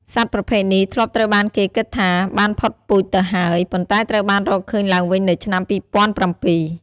សត្វប្រភេទនេះធ្លាប់ត្រូវបានគេគិតថាបានផុតពូជទៅហើយ ប៉ុន្តែត្រូវបានរកឃើញឡើងវិញនៅឆ្នាំ ២០០៧ ។